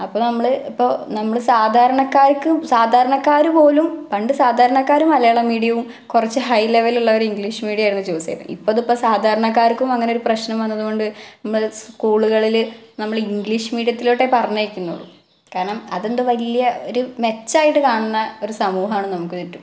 അപ്പോള് നമ്മള് ഇപ്പോള് നമ്മള് സാധാരണക്കാർക്കും സാധാരണക്കാര്പോലും പണ്ട് സാധാരണക്കാര് മലയാളം മീഡിയവും കുറച്ച് ഹൈലെവലിലുള്ളവര് ഇംഗ്ലീഷ് മീഡിയമായിരുന്നു ചൂസ് ചെയ്യുന്നത് ഇപ്പോഴതിപ്പോള് സാധാരണക്കാർക്കും അങ്ങനൊരു പ്രശ്നം വന്നതുകൊണ്ട് സ്കൂളുകളില് നമ്മള് ഇംഗ്ലീഷ് മീഡിയത്തിലോട്ടെ പറഞ്ഞയയ്ക്കുന്നുള്ളൂ കാരണം അതെന്തോ വലിയ ഒരു മെച്ചമായിട്ട് കാണുന്ന ഒരു സമൂഹമാണ് നമുക്ക് ചുറ്റും